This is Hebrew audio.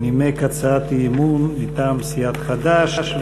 הוא נימק הצעת אי-אמון מטעם סיעת חד"ש.